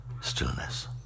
stillness